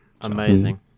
Amazing